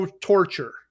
torture